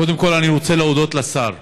קודם כול, אני רוצה להודות לשר.